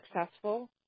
successful